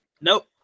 Nope